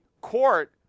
court